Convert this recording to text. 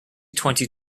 twenty